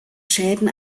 schäden